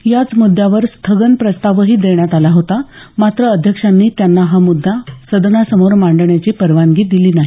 याच मुद्दावर स्थगन प्रस्तावही देण्यात आला होता मात्र अध्यक्षांनी त्यांना हा मुद्दा सदनासमोर मांडण्याची परवानगी दिली नाही